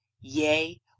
Yea